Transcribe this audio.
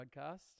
podcast